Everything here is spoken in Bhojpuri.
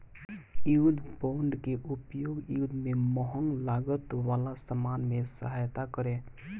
युद्ध बांड के उपयोग युद्ध में महंग लागत वाला सामान में सहायता करे